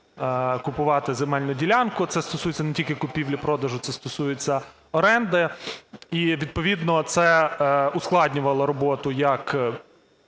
купувати земельну ділянку. Це стосується не тільки купівлі продажу, це стосується оренди. І відповідно це ускладнювало роботу як